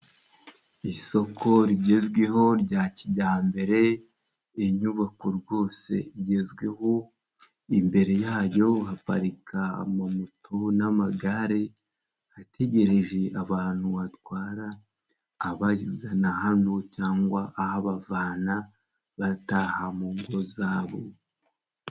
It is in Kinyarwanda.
Isoko rigezweho rya kijyambere iyi nyubako rwose igezweho imbere yayo haparika amamoto n'amagare ategereje abantu batwara abayizana hano cyangwa ahabavana bataha mu ngo zabo.